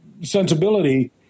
sensibility